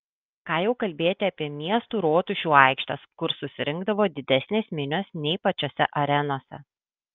ką jau kalbėti apie miestų rotušių aikštes kur susirinkdavo didesnės minios nei pačiose arenose